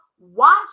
watch